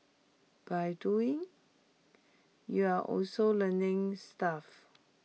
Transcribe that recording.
by doing you're also learning stuff